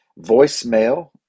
voicemail